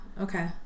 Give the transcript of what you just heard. okay